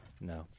No